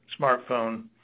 smartphone